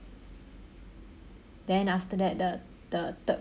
then after that the the third